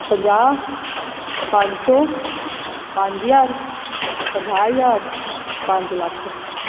ਪੰਜਾਹ ਪੰਜ ਸੌ ਪੰਜ ਹਜ਼ਾਰ ਪੰਜਾਹ ਹਜ਼ਾਰ ਪੰਜ ਲੱਖ